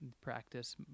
practice